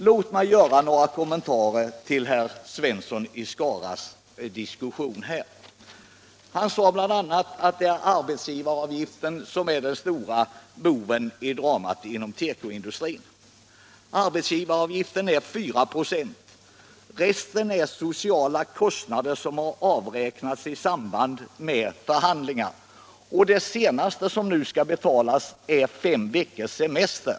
Låt mig göra några kommentarer till herr Svenssons i Skara diskussion. Han sade bl.a. att det är arbetsgivaravgiften som är den stora boven i dramat inom tekoindustrin. Arbetsgivaravgiften är 4 96. Resten är sociala kostnader som har avräknats i samband med förhandlingar. Det senaste som nu skall betalas är fem veckors semester.